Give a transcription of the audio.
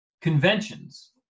conventions